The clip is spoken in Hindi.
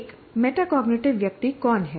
एक मेटाकॉग्निटिव व्यक्ति कौन है